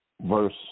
verse